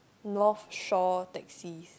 North Shore taxis